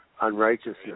unrighteousness